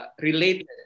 related